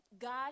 God